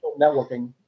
networking